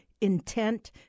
intent